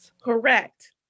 correct